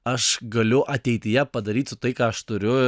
aš galiu ateityje padaryti tai ką aš turiu